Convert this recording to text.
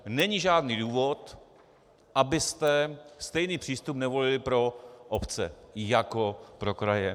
Není žádný důvod, abyste stejný přístup nevolili pro obce jako pro kraje.